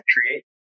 create